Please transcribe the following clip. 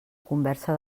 conversa